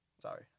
Sorry